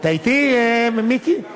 אתה אתי, מיקי?